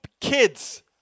kids